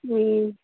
હમ